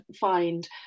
find